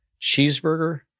Cheeseburger